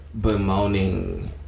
bemoaning